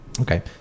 okay